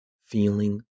feeling